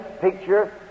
picture